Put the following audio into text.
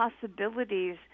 possibilities